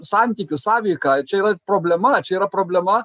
santykius sąveiką čia yra problema čia yra problema